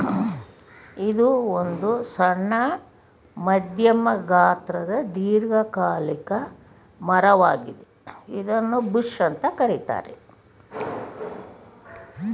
ಇದು ಒಂದು ಸಣ್ಣ ಮಧ್ಯಮ ಗಾತ್ರದ ದೀರ್ಘಕಾಲಿಕ ಮರ ವಾಗಿದೆ ಇದನ್ನೂ ಬುಷ್ ಅಂತ ಕರೀತಾರೆ